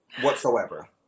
Whatsoever